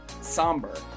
somber